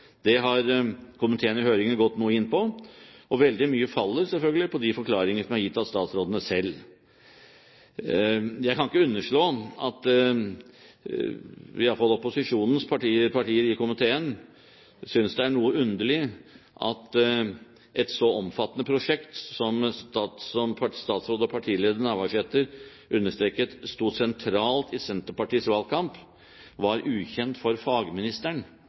Det har komiteen i høringen gått noe inn på, og veldig mye faller selvfølgelig på de forklaringene som er gitt av statsrådene selv. Jeg kan ikke underslå at i alle fall opposisjonens partier i komiteen synes det er noe underlig at et så omfattende prosjekt som statsråd og partileder Navarsete understreket sto sentralt i Senterpartiets valgkamp, var ukjent for fagministeren